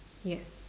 yes